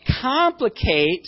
complicate